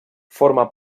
forma